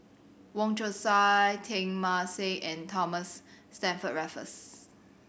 Wong Chong Sai Teng Mah Seng and Thomas Stamford Raffles